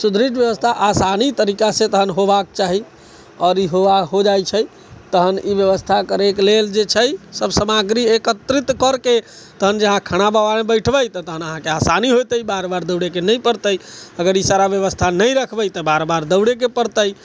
सुदृढ़ व्यवस्था आसानी तरीकासँ तहन होयबाक चाही आओर ई हो जाइत छै तहन ई व्यवस्था करैके लेल जे छै सब सामग्री एकत्रित करिके तहन जे अहाँ खाना बनाबै बैठबे तहन अहाँकेँ आसानी होयतै बार बार अहाँकेँ दौड़ैके नहि पड़तै अगर ई सारा व्यवस्था नहि रखबै तऽ बार बार दौड़ैके पड़तै